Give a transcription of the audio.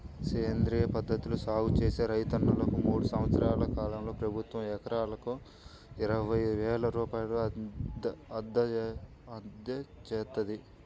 సేంద్రియ పద్ధతిలో సాగు చేసే రైతన్నలకు మూడు సంవత్సరాల కాలంలో ప్రభుత్వం ఎకరాకు ఇరవై వేల రూపాయలు అందజేత్తంది